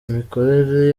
imikorere